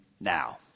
now